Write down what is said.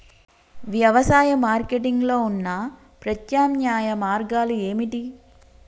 వ్యవసాయ మార్కెటింగ్ లో ఉన్న ప్రత్యామ్నాయ మార్గాలు ఏమిటి?